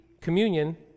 communion